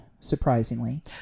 surprisingly